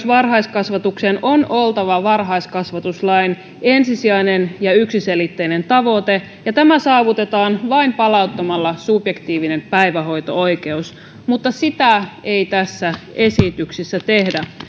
varhaiskasvatukseen on oltava varhaiskasvatuslain ensisijainen ja yksiselitteinen tavoite ja tämä saavutetaan vain palauttamalla subjektiivinen päivähoito oikeus mutta sitä ei tässä esityksessä tehdä